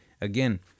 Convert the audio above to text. again